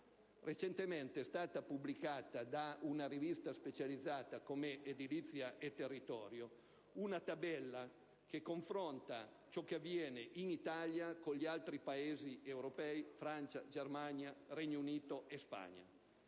Recentemente è stata pubblicata dalla rivista specializzata «Edilizia e Territorio» una tabella che confronta la situazione italiana con quella di altri Paesi europei come Francia, Germania, Regno Unito e Spagna.